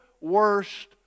worst